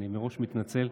אני מראש מתנצל.